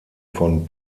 von